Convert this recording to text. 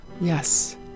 yes